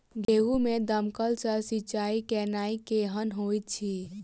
गेंहूँ मे दमकल सँ सिंचाई केनाइ केहन होइत अछि?